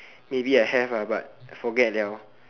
maybe I have but forget